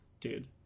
dude